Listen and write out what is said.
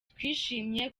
twishimiye